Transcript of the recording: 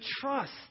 trust